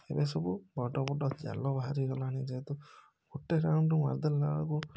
ଏବେ ସବୁ ବଡ଼ ବଡ଼ ଜାଲ ବାହାରି ଗଲାଣି ଯେହେତୁ ଗୋଟେ ରାଉଣ୍ଡ ମାରିଦେଲା ବେଳକୁ